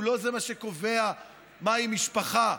לא זה מה שקובע מהי משפחה.